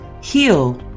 Heal